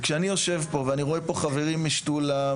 אני רואה פה חברים משתולה,